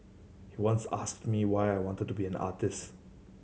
he once asked me why I wanted to be an artist